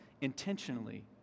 intentionally